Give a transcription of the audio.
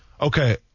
Okay